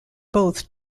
both